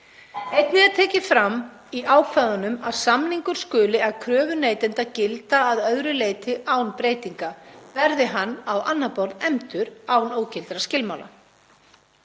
Einnig er tekið fram í ákvæðunum að samningur skuli að kröfu neytanda gilda að öðru leyti án breytinga, verði hann á annað borð efndur án ógildra skilmála.